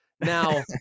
Now